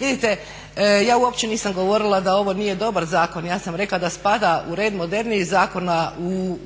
vidite ja uopće nisam govorila da ovo nije dobar zakon, ja sam rekla da spada u red modernijih zakona